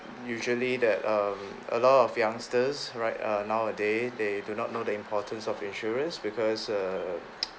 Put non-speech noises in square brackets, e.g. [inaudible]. usually that um a lot of youngsters right err nowadays they do not know the importance of insurance because uh [noise]